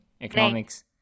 economics